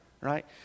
right